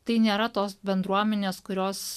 tai nėra tos bendruomenės kurios